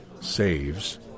saves